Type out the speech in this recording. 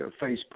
Facebook